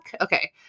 Okay